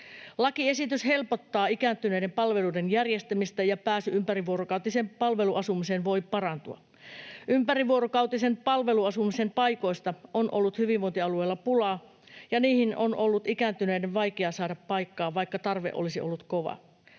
Lakiesitys helpottaa ikääntyneiden palveluiden järjestämistä, ja pääsy ympärivuorokautiseen palveluasumiseen voi parantua. Ympärivuorokautisen palveluasumisen paikoista on ollut hyvinvointialueilla pulaa ja niihin on ollut ikääntyneiden vaikea saada paikkaa, vaikka tarve olisi ollut kova.